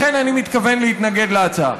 לכן אני מתכוון להתנגד להצעה.